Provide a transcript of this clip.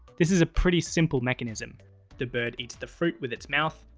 this is a pretty simple mechanism the bird eats the fruit with its mouth,